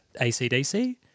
ACDC